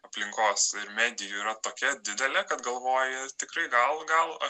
aplinkos medijų yra tokia didelė kad galvoji tikrai gal gal